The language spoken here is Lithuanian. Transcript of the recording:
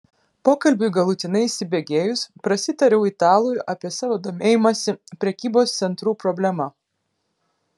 pokalbiui galutinai įsibėgėjus prasitariau italui apie savo domėjimąsi prekybos centrų problema